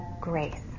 grace